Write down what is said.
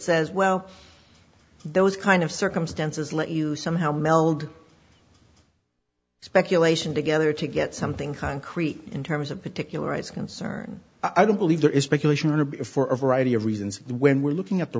says well those kind of circumstances let you somehow meld speculation together to get something concrete in terms of particular is concern i don't believe there is speculation or for a variety of reasons when we're looking at the